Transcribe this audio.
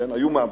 היו מאמצות.